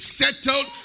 settled